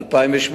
2008,